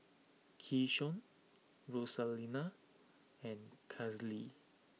Keyshawn Rosalinda and Kailee